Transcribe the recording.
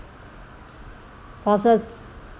posi~